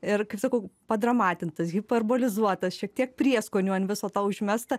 ir sakau padramatintas hiperbolizuotas šiek tiek prieskonių ant viso to užmesta